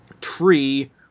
tree